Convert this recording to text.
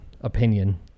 opinion